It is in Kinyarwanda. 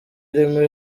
irimo